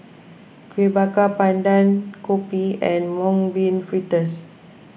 Kuih Bakar Pandan Kopi and Mung Bean Fritters